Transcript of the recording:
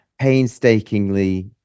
painstakingly